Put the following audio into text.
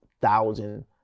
thousand